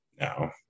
No